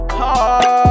heart